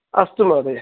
अस्तु महोदय